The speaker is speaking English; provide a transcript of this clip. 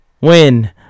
win